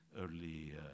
early